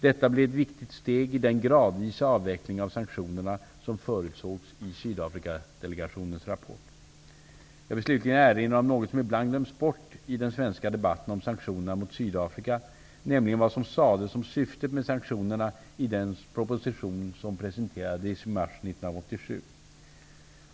Detta blir ett viktigt steg i den gradvisa avveckling av sanktionerna som förutsågs i Jag vill slutligen erinra om något som ibland glöms bort i den svenska debatten om sanktionerna mot Sydafrika, nämligen vad som sades om syftet med sanktionerna i den proposition som presenterades i mars 1987.